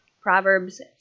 Proverbs